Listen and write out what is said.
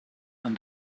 and